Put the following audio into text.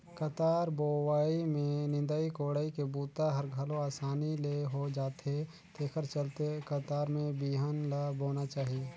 कतार बोवई में निंदई कोड़ई के बूता हर घलो असानी ले हो जाथे तेखर चलते कतार में बिहन ल बोना चाही